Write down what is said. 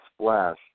splash